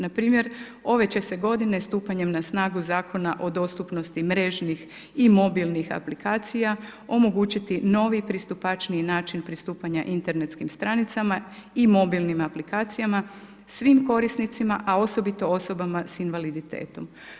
Na primjer, ove će se g. stupanjem na snagu Zakona o dostupnosti mrežnih i mobilnih aplikacija, omogućiti novi, pristupačniji način pristupanje internetskim stranicama i mobilnim aplikacijama, svim korisnicima, a osobito osobama s invaliditetom.